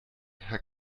herr